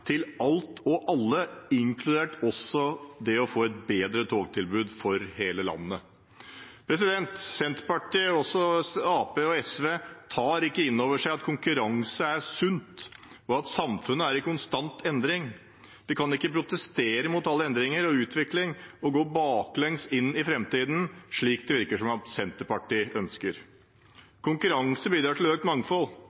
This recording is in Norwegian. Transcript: til alt og alle, inkludert det å få et bedre togtilbud for hele landet. Senterpartiet – men også Arbeiderpartiet og SV – tar ikke inn over seg at konkurranse er sunt, og at samfunnet er i konstant endring. Vi kan ikke protestere mot alle endringer og all utvikling og gå baklengs inn i framtiden, slik det virker som at Senterpartiet